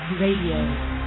Radio